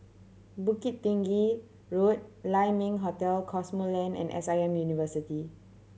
Bukit Tinggi Road Lai Ming Hotel Cosmoland and S I M University